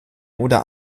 oder